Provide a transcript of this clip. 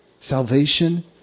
salvation